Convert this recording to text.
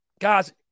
guys